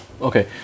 Okay